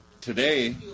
Today